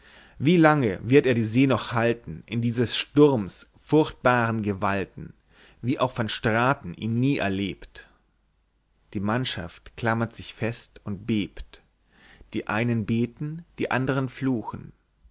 wie lange wird er die see noch halten in dieses sturms furchtbaren gewalten wie auch van straten ihn nie erlebt die mannschaft klammert sich fest und bebt die einen beten die andern fluchen